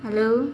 hello